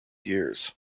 years